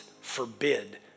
forbid